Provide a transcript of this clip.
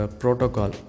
protocol